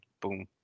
boom